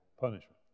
punishment